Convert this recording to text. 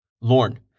Lorne